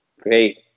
Great